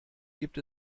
gibt